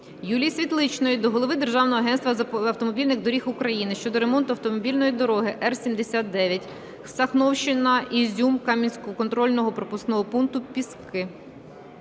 Юлії Світличної до Голови Державного агентства автомобільних доріг України щодо ремонту автомобільної дороги Р-79 Сахновщина-Ізюм-Куп'янськ-контрольно-пропускного пункту "Піски".